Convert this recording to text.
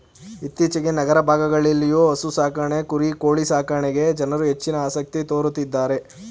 ಇತ್ತೀಚೆಗೆ ನಗರ ಭಾಗಗಳಲ್ಲಿಯೂ ಹಸು ಸಾಕಾಣೆ ಕುರಿ ಕೋಳಿ ಸಾಕಣೆಗೆ ಜನರು ಹೆಚ್ಚಿನ ಆಸಕ್ತಿ ತೋರುತ್ತಿದ್ದಾರೆ